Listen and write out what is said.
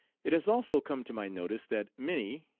it has also come to my notice that many,